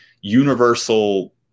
universal